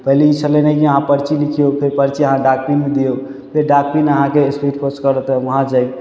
पहिले ई छलय नहि कि अहाँ पर्ची लिखियौ फेर पर्ची अहाँके डाकपिनके दियौ फेर डाकपिन अहाँके स्पीड पोस्ट करत तऽ उहाँ जाइ